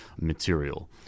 material